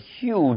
huge